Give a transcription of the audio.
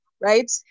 right